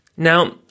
Now